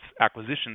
acquisition